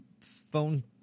phone